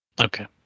Okay